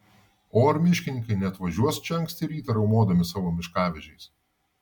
o ar miškininkai neatvažiuos čia anksti rytą riaumodami savo miškavežiais